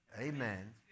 Amen